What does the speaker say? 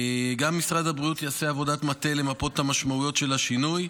גם משרד הבריאות יעשה עבודת מטה למפות את המשמעויות של השינוי,